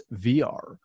VR